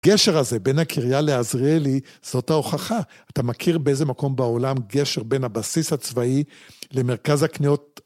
הגשר הזה בין הקריה לעזריאלי, זאת ההוכחה. אתה מכיר באיזה מקום בעולם גשר בין הבסיס הצבאי למרכז הקניות?